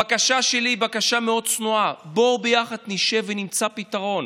הבקשה שלי היא בקשה צנועה מאוד: בואו ביחד נשב ונמצא פתרון,